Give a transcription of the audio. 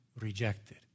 rejected